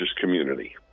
community